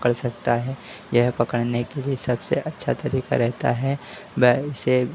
पकड़ सकता है यह पकड़ने के लिए सबसे अच्छा तरीका रहता है वह इसे